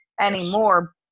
anymore